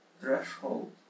threshold